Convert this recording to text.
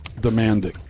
demanding